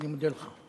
אני מודה לך.